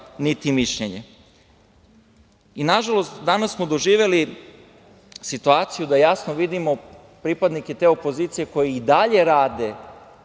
niti mišljenje. Nažalost, danas smo doživeli situaciju da jasno vidimo pripadnike te opozicije koji i dalje rade